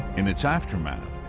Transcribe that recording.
in its aftermath,